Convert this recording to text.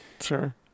Sure